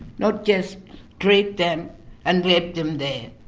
not just treat them and leave them there.